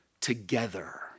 together